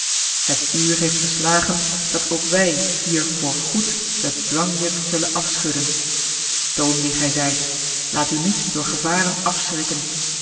het uur heeft geslagen dat ook wij hier voor goed het dwangjuk zullen afschudden toon wie gij zijt laat u niet door gevaren afschrikken